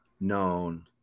known